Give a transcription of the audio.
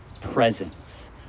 presence